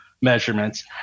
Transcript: measurements